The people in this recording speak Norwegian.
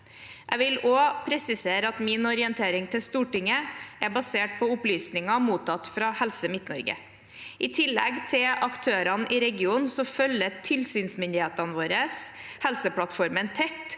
Jeg vil også presisere at min orientering til Stortinget er basert på opplysninger mottatt fra Helse Midt-Norge. I tillegg til aktørene i regionen følger tilsynsmyndighetene våre Helseplattformen tett,